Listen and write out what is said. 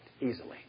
easily